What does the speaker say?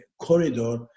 corridor